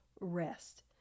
rest